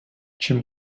чим